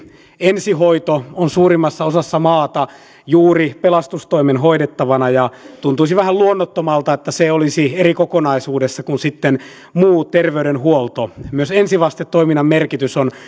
ensihoito on suurimmassa osassa maata juuri pelastustoimen hoidettavana ja tuntuisi vähän luonnottomalta että se olisi eri kokonaisuudessa kuin muu terveydenhuolto myös ensivastetoiminnan merkitys on